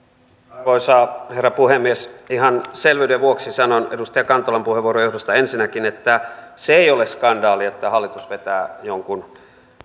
arvoisa herra puhemies ihan selvyyden vuoksi sanon edustaja kantolan puheenvuoron johdosta ensinnäkin että se ei ole skandaali että hallitus vetää jonkun